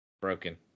Broken